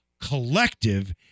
collective